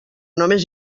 només